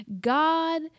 God